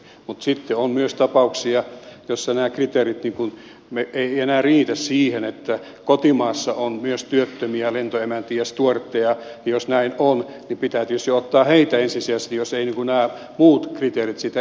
mutta sitten on myös tapauksia joissa nämä kriteerit eivät enää riitä siihen kotimaassa on myös työttömiä lentoemäntiä ja stuertteja ja jos näin on niin pitää tietysti ottaa heitä ensisijaisesti jos eivät nämä muut kriteerit sitä edellytä